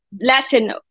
Latin